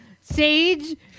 sage